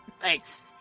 Thanks